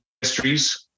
histories